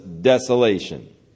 desolation